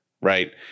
right